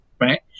right